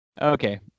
Okay